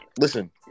listen